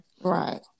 Right